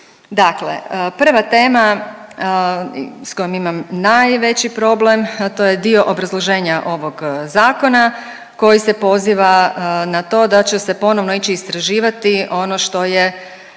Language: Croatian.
Dakle, prva tema s kojom imam najveći problem, a to je dio obrazloženja ovog zakona koji se poziva na to da će se ponovo ići istraživati ono što je